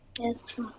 Yes